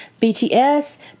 BTS